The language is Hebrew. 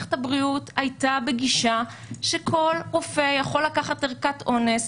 מערכת הבריאות הייתה בגישה שכל רופא יכול לקחת ערכת אונס.